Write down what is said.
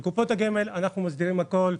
בקופות הגמל אנחנו מסדירים הכל: